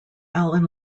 allen